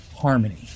harmony